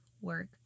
work